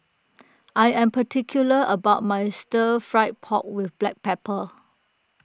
I am particular about my Stir Fried Pork with Black Pepper